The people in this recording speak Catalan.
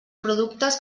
productes